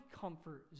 comfort